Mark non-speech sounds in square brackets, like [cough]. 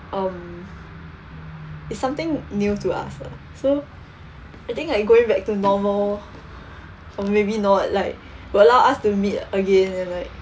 um it's something new to us lah so I think like going back to normal from maybe not like [breath] will allow us to meet again and like